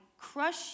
crush